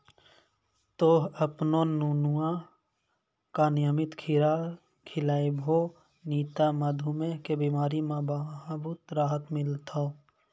तोहॅ आपनो नुनुआ का नियमित खीरा खिलैभो नी त मधुमेह के बिमारी म बहुत राहत मिलथौं